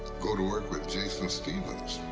go to work with jason stevens.